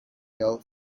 hill